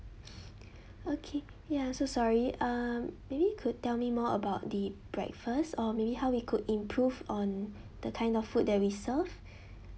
okay ya so sorry um maybe you could tell me more about the breakfast or maybe how we could improve on the kind of food that we serve